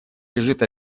лежит